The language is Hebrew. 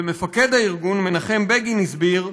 ומפקד הארגון מנחם בגין הסביר: